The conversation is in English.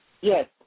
Yes